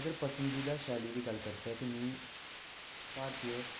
अगर पसंदीदा शैली दी गल्ल करचै ते मी भारतीय